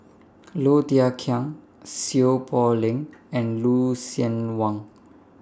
Low Thia Khiang Seow Poh Leng and Lucien Wang